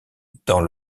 dans